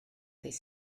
ddydd